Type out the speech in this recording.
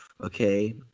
Okay